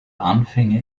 anfänger